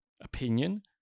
opinion